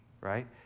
right